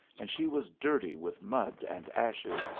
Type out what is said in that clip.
and she was dirty with mud and ashes,